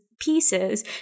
pieces